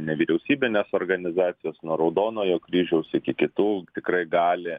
nevyriausybinės organizacijos nuo raudonojo kryžiaus iki kitų tikrai gali